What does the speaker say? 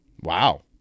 Wow